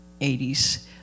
80s